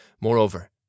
Moreover